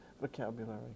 vocabulary